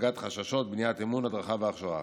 הפגת חששות, בניית אמון, הדרכה והכשרה.